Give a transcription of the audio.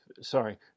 Sorry